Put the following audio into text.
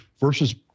versus